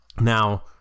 Now